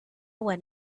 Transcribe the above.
one